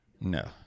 No